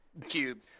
cube